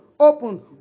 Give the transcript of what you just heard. Open